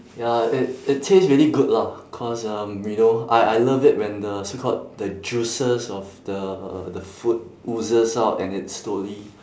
ya it it tastes really good lah cause um you know I I love it when the so called the juices of the the food oozes out and it slowly